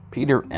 Peter